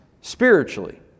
spiritually